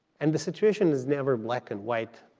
and the situation is never black and white.